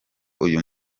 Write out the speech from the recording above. uyu